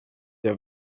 jag